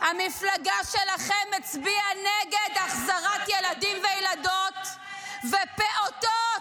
המפלגה שלכם הצביעה נגד החזרת ילדים וילדות ופעוטות.